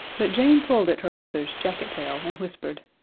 but jane pulled at her brother's jacket-tail and whispered,